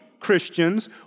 Christians